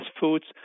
foods